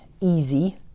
easy